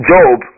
Job